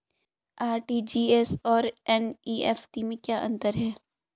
RTGS और NEFT में क्या अंतर है?